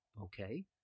okay